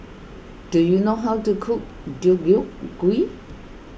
do you know how to cook Deodeok Gui